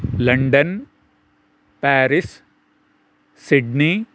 London Paris Sydney